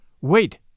Wait